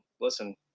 listen